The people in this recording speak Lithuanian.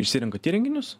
išsirenkat įrenginius